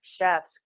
chefs